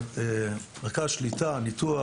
ניטור,